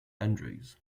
andrews